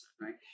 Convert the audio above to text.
right